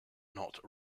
not